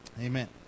Amen